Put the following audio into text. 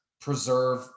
preserve